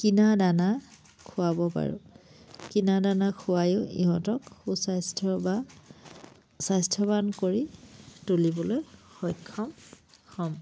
কিনা দানা খুৱাব পাৰোঁ কিনা দানা খোৱায়ো ইহঁতক সু স্বাস্থ্য বা স্বাস্থ্যৱান কৰি তুলিবলৈ সক্ষম হ'ম